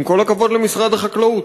עם כל הכבוד למשרד החקלאות,